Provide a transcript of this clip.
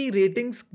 ratings